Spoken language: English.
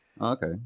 okay